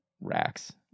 racks